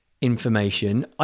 information